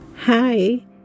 Hi